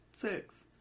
six